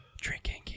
drinking